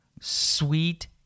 Sweet